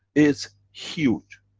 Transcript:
it's huge,